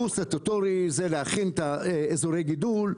סטטוטורי; צריך להכין את אזורי הגידול,